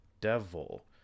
devil